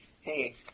Hey